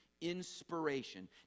inspiration